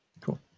Cool